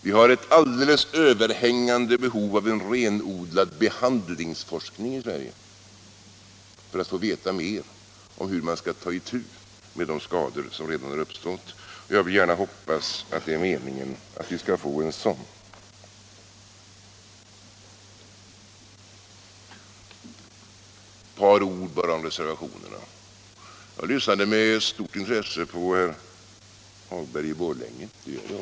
Vi har ett alldeles överhängande behov av en renodlad behandlingsforskning i Sverige för att få veta mer om hur man skall ta itu med de skador som redan har uppstått, och jag hoppas att det är meningen att vi skall få en sådan. Jag vill också säga några ord om reservationerna. Jag lyssnade med stort intresse på herr Hagberg i Borlänge, det gör jag ofta.